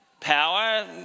power